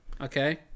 Okay